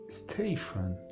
station